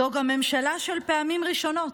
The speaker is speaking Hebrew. זו גם ממשלה של "פעמים ראשונות",